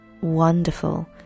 wonderful